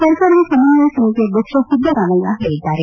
ಸರ್ಕಾರದ ಸಮನ್ವಯ ಸಮಿತಿ ಅಧ್ಯಕ್ಷ ಸಿದ್ದರಾಮಯ್ಯ ಹೇಳಿದ್ದಾರೆ